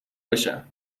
بشم